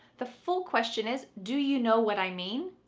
the full question is, do you know what i mean?